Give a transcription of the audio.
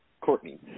Courtney